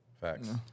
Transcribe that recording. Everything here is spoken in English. Facts